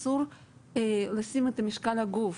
אסור לשים את משקל הגוף.